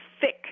thick